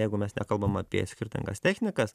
jeigu mes nekalbam apie skirtingas technikas